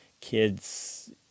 kids